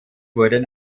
wurden